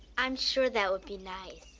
i'm sure that would be nice.